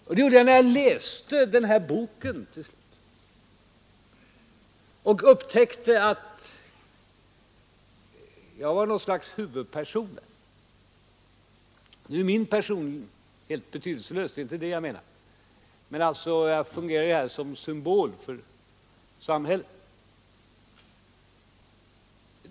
Jag gjorde det efter att ha läst deras bok och upptäckt att jag där var något slags huvudperson. Jag menar, min person är helt betydelselös, men jag fungerar i detta sammanhang som symbol för samhället.